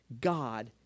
God